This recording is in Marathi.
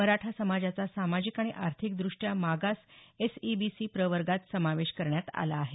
मराठा समाजाचा सामाजिक आणि आर्थिकद्रष्ट्या मागास एस ई बी सी प्रवर्गात समावेश करण्यात आला आहे